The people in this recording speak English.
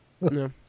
No